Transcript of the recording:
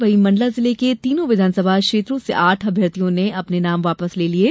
वहीं मण्डला जिले के तीनो विधानसभा क्षेत्रों से आठ अभ्यर्थियों ने अपने नाम वापस ले लिए हैं